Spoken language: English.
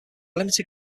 limited